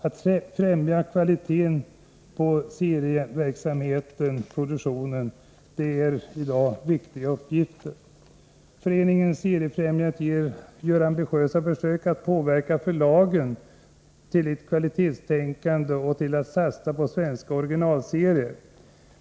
Att främja kvaliteten på serieproduktionen är i dag en viktig uppgift. Föreningen Seriefrämjandet gör ambitiösa försök att påverka förlagen till ett kvalitetstänkande och till att satsa på svenska originalserier.